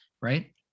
right